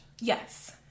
Yes